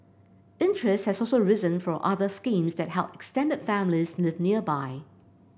interest has also risen for other schemes that help extended families live nearby